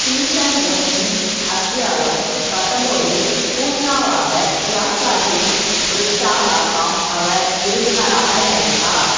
season ஒன்னின் அத்தியாயம் பத்தம்பதில் ஹுஸ்னாவாக யாஷ் ராஜின் ரிஷ்டா டாட் காம் அவர் விருந்தினராக நடித்தார்